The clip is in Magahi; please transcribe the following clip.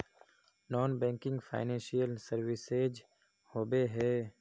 नॉन बैंकिंग फाइनेंशियल सर्विसेज होबे है?